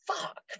fuck